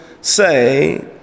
say